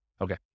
Okay